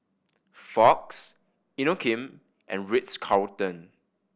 Fox Inokim and Ritz Carlton